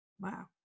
Wow